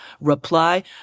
reply